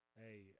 hey